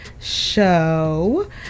show